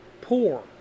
poor